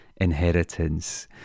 inheritance